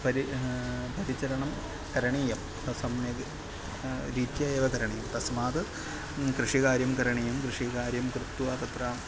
परि परिचरणं करणीयं तत् सम्यक् रीत्या एव करणीयं तस्मात् कृषिकार्यं करणीयं कृषिकार्यं कृत्वा तत्र